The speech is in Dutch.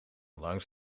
langs